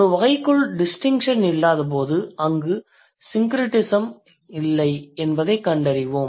ஒரு வகைக்குள் distinction இல்லாதபோது அங்கு syncretism இல்லை என்பதைக் கண்டறிவோம்